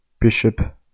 Bishop